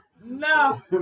No